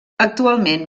actualment